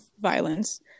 violence